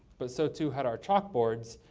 but so too had our chalkboards.